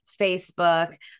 Facebook